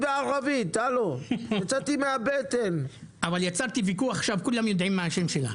גם בעברית אנשים חותמים ולא יודעים כלום.